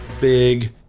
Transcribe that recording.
big